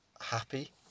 happy